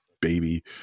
baby